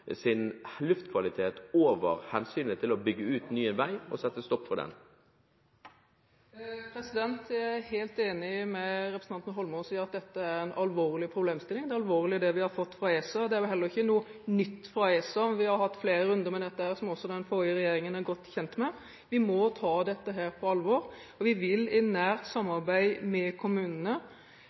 luftkvalitet over hensynet til å bygge ut ny vei og sette en stopper for dette? Jeg er helt enig med representanten Holmås i at dette er en alvorlig problemstilling. Det vi har fått fra ESA, er alvorlig. Det er heller ikke noe nytt fra ESA, men vi har hatt flere runder om dette, som også den forrige regjeringen er godt kjent med. Vi må ta dette på alvor. Vi vil i nært samarbeid med kommunene